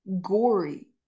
gory